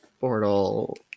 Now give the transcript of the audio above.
portal